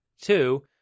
Two